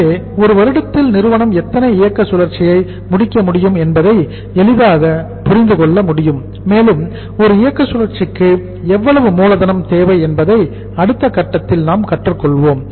எனவே ஒரு வருடத்தில் நிறுவனம் எத்தனை இயக்க சுழற்சியை முடிக்க முடியும் என்பதை எளிதாக புரிந்து கொள்ள முடியும் மேலும் ஒரு இயக்க சுழற்சிக்கு எவ்வளவு மூலதனம் தேவை என்பதை அடுத்த கட்டத்தில் நாம் கற்றுக்கொள்வோம்